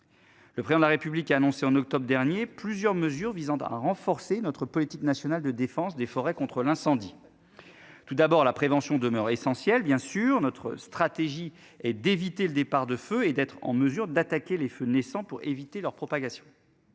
Le prion de la République a annoncé en octobre dernier, plusieurs mesures visant à renforcer notre politique nationale de défense des forêts contre l'incendie. Tout d'abord la prévention demeure essentielle bien sûr notre stratégie et d'éviter le départ de feu et d'être en mesure d'attaquer les feux naissants, pour éviter leur propagation.